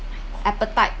appetite